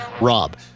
Rob